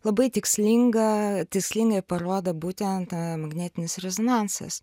labai tikslinga tikslingai parodo būtent magnetinis rezonansas